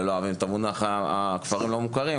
שלא אוהבים את מונח הכפרים הלא מוכרים,